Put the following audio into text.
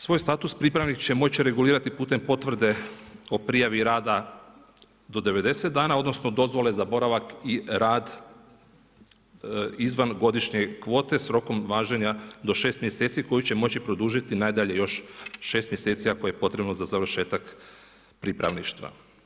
Svoj status pripravnik će moći regulirati putem potvrde o prijavi rada do 90 dana odnosno dozvole za boravak i rad izvan godišnje kvote s rokom važenja do 6 mjeseci, koji će moći produžiti najdalje još 6 mjeseci, ako je potrebno za završetak pripravništva.